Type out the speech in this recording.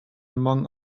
among